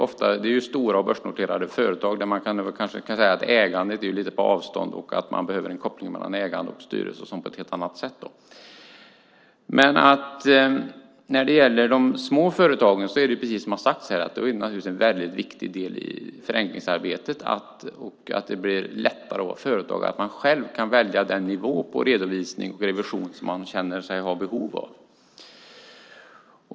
Det är ju stora och börsnoterade företag där man kanske kan säga att ägandet är lite på avstånd och att man behöver en koppling mellan ägande och styrelse på ett helt annat sätt. När det gäller de små företagen är det, precis som har sagts här, naturligtvis en mycket viktig del i förenklingsarbetet, att det blir lättare att vara företagare och att man själv kan välja den nivå på redovisning och revision som man känner sig ha behov av.